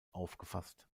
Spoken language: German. aufgefasst